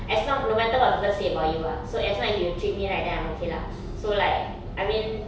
as long no matter what people say about you ah so as long as you treat me right then I'm okay lah so like I mean